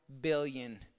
billion